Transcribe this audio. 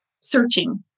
searching